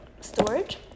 storage